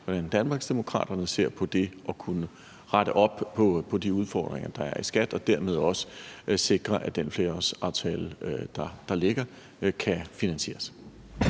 og Danmarksdemokraterne ser på det med at kunne rette op på de udfordringer, der er i skattevæsenet, og dermed også sikre, at den flerårsaftale, der ligger, kan finansieres.